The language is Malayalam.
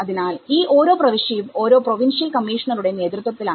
അതിനാൽ ഈ ഓരോ പ്രവിശ്യയും ഓരോ പ്രോവിൻഷ്യൽ കമ്മീഷണറുടെനേതൃത്വത്തിലാണ്